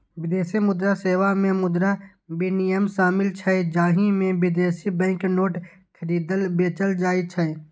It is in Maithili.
विदेशी मुद्रा सेवा मे मुद्रा विनिमय शामिल छै, जाहि मे विदेशी बैंक नोट खरीदल, बेचल जाइ छै